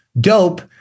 DOPE